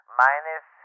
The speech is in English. minus